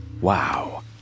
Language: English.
Wow